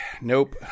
Nope